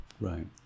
Right